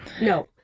No